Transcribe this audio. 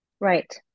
Right